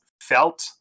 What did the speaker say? felt